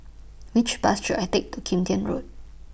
Which Bus should I Take to Kim Tian Road